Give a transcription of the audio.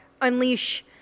unleash